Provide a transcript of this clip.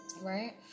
right